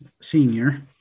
senior